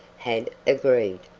had agreed.